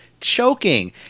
choking